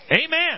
Amen